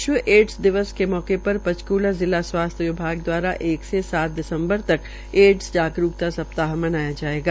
विश्व ऐडस दिवस के अवसर पर पंचकुला जिला स्वास्थ्य विभाग दवारा एक से सात दिसमबर तक ऐडस जागरूतकता सप्ताह मनाया जायेगा